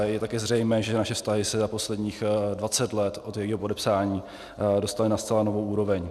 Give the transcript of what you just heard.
A je také zřejmé, že naše vztahy se za posledních dvacet let od jejího podepsání dostaly na zcela novou úroveň.